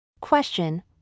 Question